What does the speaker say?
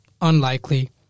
unlikely